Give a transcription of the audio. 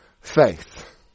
Faith